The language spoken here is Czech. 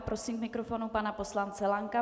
Prosím k mikrofonu pana poslance Lanka.